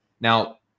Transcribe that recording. Now